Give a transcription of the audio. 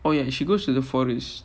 oh ya she goes to the forest